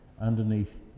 underneath